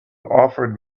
offered